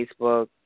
Facebook